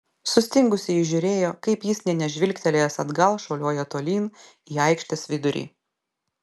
sustingusi ji žiūrėjo kaip jis nė nežvilgtelėjęs atgal šuoliuoja tolyn į aikštės vidurį